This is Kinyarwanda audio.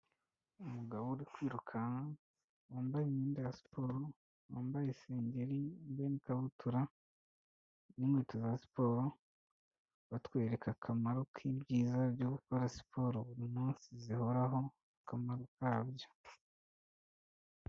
Umugabo uri kwirukanka, wambaye imyenda ya siporo, wambaye isengeri, wambaye n'ikabutura n'inkweto za siporo, batwereka akamaro k'ibyiza byo gukora siporo buri munsi zihoraho akamaro kabyo.